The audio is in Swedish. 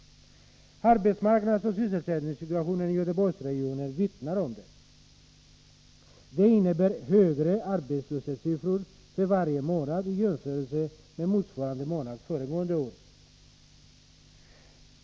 Arbetsmarknadsoch sysselsättningssituationen i Göteborgsregionen vittnar om det. Det innebär högre arbetslöshetssiffror för varje månad i jämförelse med motsvarande månad föregående år.